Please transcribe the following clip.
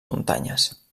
muntanyes